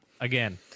again